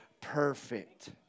perfect